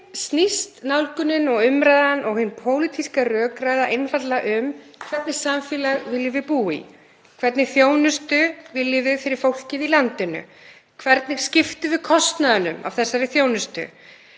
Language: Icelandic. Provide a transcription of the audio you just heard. grunninn snýst nálgunin og umræðan og hin pólitíska rökræða einfaldlega um hvernig samfélag við viljum búa í. Hvernig þjónustu viljum við fyrir fólkið í landinu? Hvernig skiptum við kostnaðinum af þessari þjónustu?